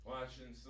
Watching